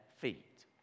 feet